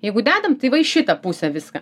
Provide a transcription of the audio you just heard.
jeigu dedam tai va į šitą pusę viską